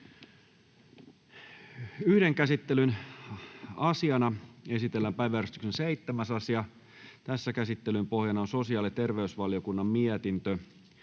Yhden käsittelyn asiana esitellään päiväjärjestyksen 7. asia. Käsittelyn pohjana on sosiaali- ja terveysvaliokunnan mietintö